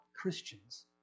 Christians